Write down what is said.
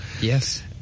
yes